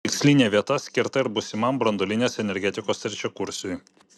viena tikslinė vieta skirta ir būsimam branduolinės energetikos trečiakursiui